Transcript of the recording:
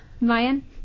Mayan